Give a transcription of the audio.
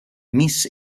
miss